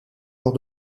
lors